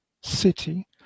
city